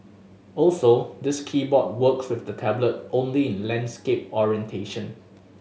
also this keyboard works with the tablet only in landscape orientation